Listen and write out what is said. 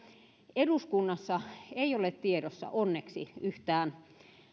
eduskunnassa ei ole tiedossa onneksi yhtään